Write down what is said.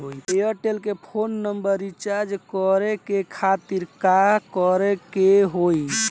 Airtel के phone number recharge करे के खातिर का करे के होई?